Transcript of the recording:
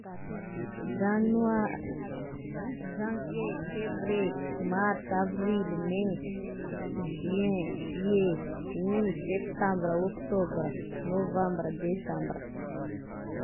Zanoa janvier, fevrier, mars, avril, mai, juin, juillet, août, septambre, oktôbre, novambr, desambra